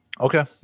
Okay